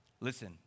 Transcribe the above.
Listen